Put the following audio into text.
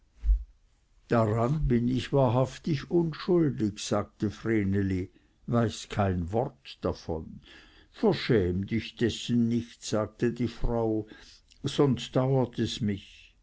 daran bin ich wahrhaftig unschuldig sagte vreneli weiß kein wort davon verschäm dich dessen nicht sagte die frau sonst dauert es mich